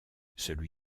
celui